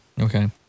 Okay